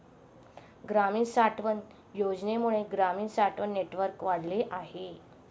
ग्रामीण साठवण योजनेमुळे ग्रामीण साठवण नेटवर्क वाढले आहे